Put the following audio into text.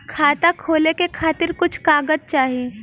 खाता खोले के खातिर कुछ कागज चाही?